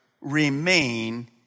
remain